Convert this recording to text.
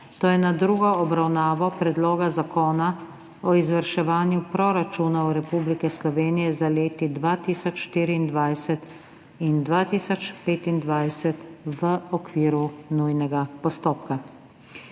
to je z drugo obravnavo Predloga zakona o izvrševanju proračunov Republike Slovenije za leti 2024 in 2025 v okviru nujnega postopka.